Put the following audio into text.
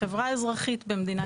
החברה האזרחית במדינת ישראל.